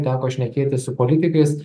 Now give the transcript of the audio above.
teko šnekėti su politikais